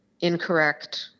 incorrect